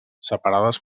separades